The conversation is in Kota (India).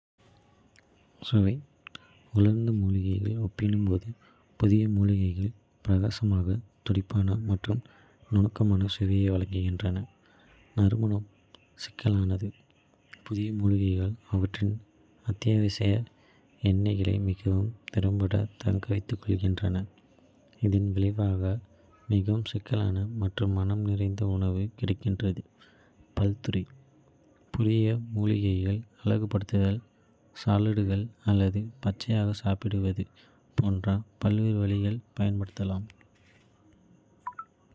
சுவை உலர்ந்த மூலிகைகள் ஒப்பிடும்போது புதிய மூலிகைகள் பிரகாசமான, துடிப்பான மற்றும் நுணுக்கமான சுவையை வழங்குகின்றன. நறுமண சிக்கலானது: புதிய மூலிகைகள் அவற்றின் அத்தியாவசிய எண்ணெய்களை மிகவும் திறம்பட தக்கவைத்துக்கொள்கின்றன, இதன் விளைவாக. மிகவும் சிக்கலான மற்றும் மணம் நிறைந்த உணவு கிடைக்கிறது. பல்துறை புதிய மூலிகைகள் அழகுபடுத்துதல், சாலடுகள் அல்லது பச்சையாக சாப்பிடுவது. போன்ற பல்வேறு வழிகளில் பயன்படுத்தப்படலாம்.